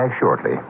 shortly